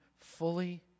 fully